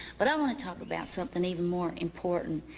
but i want to talk about something more important.